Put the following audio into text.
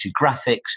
graphics